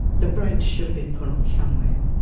the brakes should have been put on somewhere.